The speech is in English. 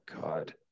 God